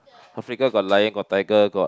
Africa got lion got tiger got